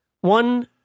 One